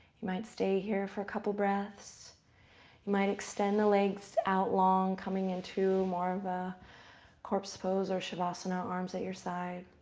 might stay here for a couple breaths might extend the legs out long, coming into more of a corpse pose, or savasana. arms at your side.